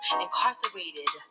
incarcerated